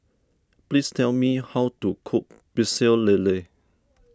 please tell me how to cook Pecel Lele